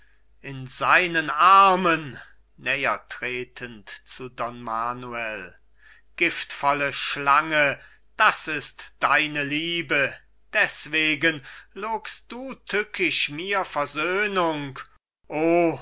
in seinen armen näher tretend zu don manuel giftvolle schlange das ist deine liebe deßwegen logst du tückisch mir versöhnung o